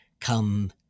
come